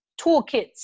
toolkits